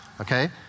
okay